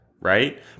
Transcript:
right